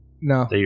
No